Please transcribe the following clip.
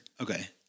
Okay